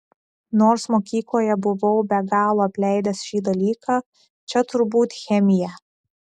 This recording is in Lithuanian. nors mokykloje buvau be galo apleidęs šį dalyką čia turbūt chemija